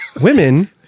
Women